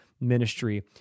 ministry